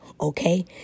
okay